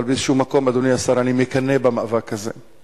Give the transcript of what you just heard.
אבל באיזשהו מקום, אדוני השר, אני מקנא במאבק הזה.